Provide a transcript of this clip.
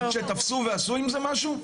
שתפסו ועשו עם זה משהו?